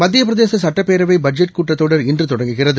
மத்திய பிரதேச சுட்டப்பேரவை பட்ஜெட் கூட்டத் தொடர் இன்று தொடங்குகிறது